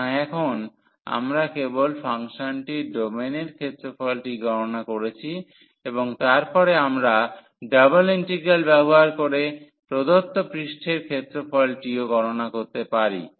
সুতরাং এখন আমরা কেবল ফাংশনটির ডোমেনের ক্ষেত্রফলটি গণনা করেছি এবং তারপরে আমরা ডাবল ইন্টিগ্রাল ব্যবহার করে প্রদত্ত পৃষ্ঠের ক্ষেত্রফলটিও গণনা করতে পারি